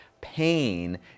Pain